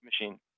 machine